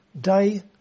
day